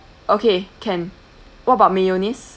okay can what about mayonnaise